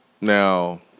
Now